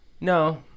No